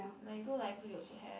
like you go library also have